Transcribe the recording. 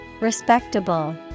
Respectable